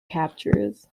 captures